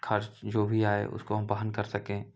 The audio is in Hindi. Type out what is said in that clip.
खर्च जो भी आए उसको हम वहन कर सकें